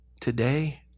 today